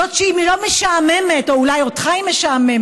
זאת שהיא לא משעממת, או אולי אותך היא משעממת,